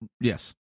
Yes